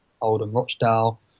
Oldham-Rochdale